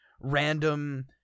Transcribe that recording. random